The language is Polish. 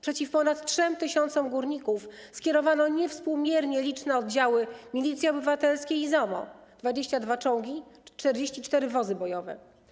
Przeciw ponad 3 tys. górników skierowano niewspółmiernie liczne oddziały Milicji Obywatelskiej i ZOMO, 22 czołgi, 44 wozy bojowe.